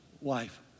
wife